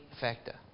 factor